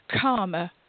karma